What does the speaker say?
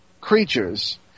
creatures